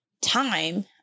time